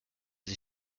sie